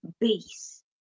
base